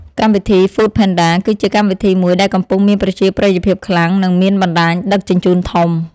កម្មវិធីហ្វូតផេនដា គឺជាកម្មវិធីមួយដែលកំពុងមានប្រជាប្រិយភាពខ្លាំង និងមានបណ្ដាញដឹកជញ្ជូនធំ។